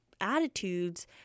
attitudes